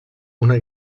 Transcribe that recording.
una